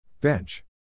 Bench